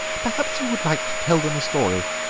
perhaps you would like to tell them a story,